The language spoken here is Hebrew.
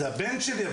זה הבן שלי.